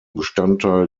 bestandteil